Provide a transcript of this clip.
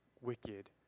wicked